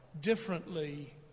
differently